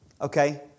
Okay